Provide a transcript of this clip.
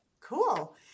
Cool